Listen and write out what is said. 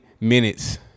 minutes